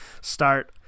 start